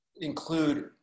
include